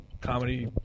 comedy